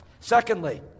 Secondly